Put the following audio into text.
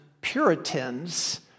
Puritans